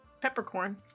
Peppercorn